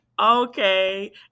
Okay